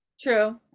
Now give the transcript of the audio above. true